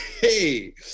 Hey